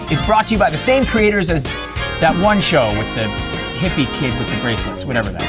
it's brought to you by the same creators as that one show with the hippie kid with the bracelets, whatever that is.